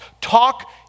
talk